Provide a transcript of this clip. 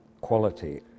quality